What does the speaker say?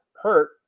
hurt